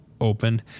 Open